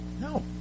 No